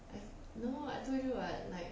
no I told you [what] like